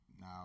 Now